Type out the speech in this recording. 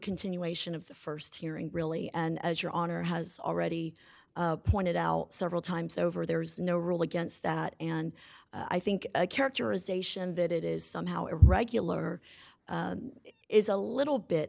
continuation of the st hearing really and as your honor has already pointed out several times over there is no rule against that and i think a characterization that it is somehow irregular is a little bit